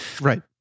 right